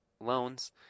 loans